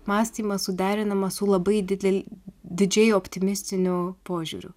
mąstymas suderinamas su labai didel didžiai optimistiniu požiūriu